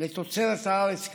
לתוצרת הארץ קיים,